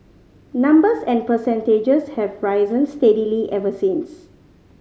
numbers and percentages have risen steadily ever since